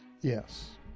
Yes